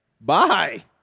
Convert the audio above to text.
Bye